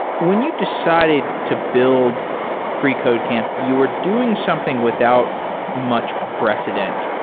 when you decided to build freecodecamp, you're doing something without much precedent,